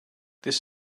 this